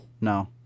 No